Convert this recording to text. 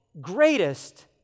greatest